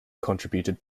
contributed